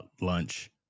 lunch